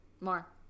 more